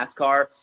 NASCAR